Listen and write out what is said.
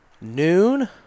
noon